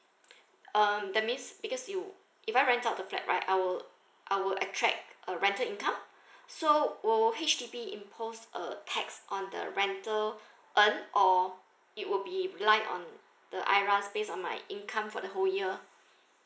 um that means because you if I rent out the flat right I would I would attract a rental income so will H_D_B impose a tax on the rental earned or it will be lied on the I_R_A_S based on my income for the whole year